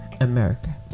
america